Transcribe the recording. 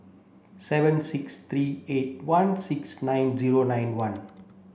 seven six three eight one six nine zero nine one